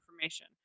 information